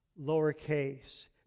lowercase